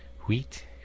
Wheat